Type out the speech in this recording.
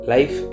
Life